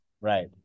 Right